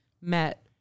met